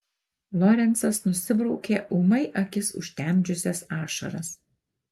lorencas nusibraukė ūmai akis užtemdžiusias ašaras